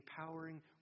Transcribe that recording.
empowering